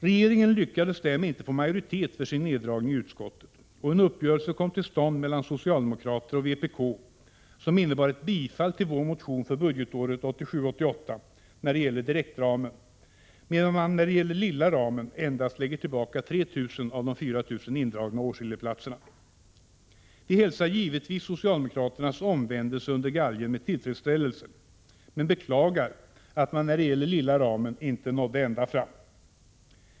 Regeringen lyckades därmed inte att i utskottet få majoritet för sin neddragning, och en uppgörelse kom till stånd mellan socialdemokrater och vpk, som innebar ett bifall till vår motion för budgetåret 1987/88 när det gäller direktramen, medan man när det gäller lilla ramen endast lägger tillbaka 3 000 av de 4 000 indragna årselevplatserna. Vi hälsar givetvis socialdemokraternas omvändelse under galgen med tillfredsställelse, men vi beklagar att de när det gäller lilla ramen inte nådde ända fram.